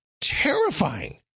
terrifying